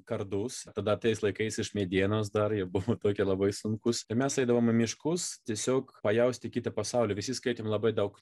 kardus tada tais laikais iš medienos dar jie buvo tokie labai sunkūs ir mes eidavom į miškus tiesiog pajausti kiti pasaulį visi skaitėm labai daug